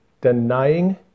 denying